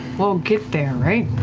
we'll get there, right?